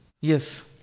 Yes